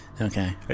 Okay